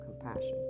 compassion